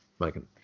megan